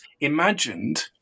imagined